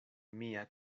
mia